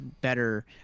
better